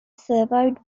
survived